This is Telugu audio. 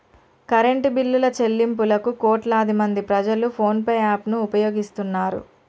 కరెంటు బిల్లుల చెల్లింపులకు కోట్లాదిమంది ప్రజలు ఫోన్ పే యాప్ ను ఉపయోగిస్తున్నారు